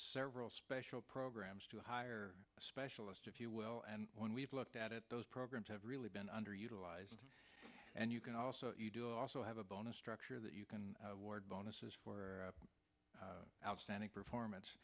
several special programs to hire a specialist if you will and we've looked at those programs have really been underutilized and you can also also have a bonus structure that you can ward bonuses for outstanding performance